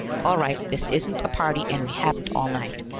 all right, this isn't a party and we haven't all night.